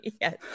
yes